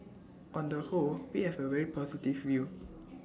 on the whole we have A very positive view